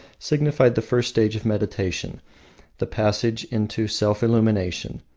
signified the first stage of meditation the passage into self-illumination.